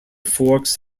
forks